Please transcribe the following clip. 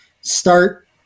start